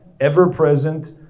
ever-present